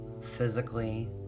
physically